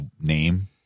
name